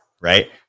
right